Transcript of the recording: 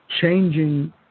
changing